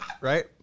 right